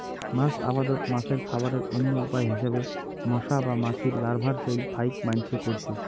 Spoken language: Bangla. মাছ আবাদত মাছের খাবারের অইন্য উপায় হিসাবে মশা বা মাছির লার্ভার চইল ফাইক মাইনষে কইরচে